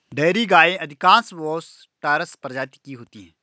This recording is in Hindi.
डेयरी गायें अधिकांश बोस टॉरस प्रजाति की होती हैं